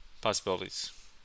possibilities